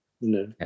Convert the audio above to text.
No